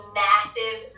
massive